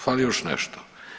Fali još nešto.